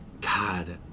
God